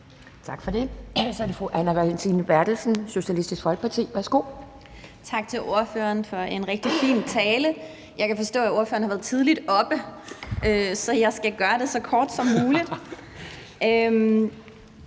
Tak for det. Så er det fru Anne Valentina Berthelsen, Socialistisk Folkeparti. Værsgo. Kl. 10:13 Anne Valentina Berthelsen (SF): Tak til ordføreren for en rigtig fin tale. Jeg kan forstå, at ordføreren har været tidligt oppe, så jeg skal gøre det så kort som muligt.